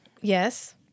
Yes